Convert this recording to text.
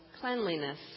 cleanliness